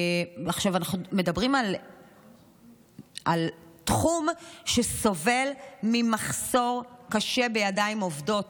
אנחנו מדברים על תחום שסובל ממחסור קשה בידיים עובדות.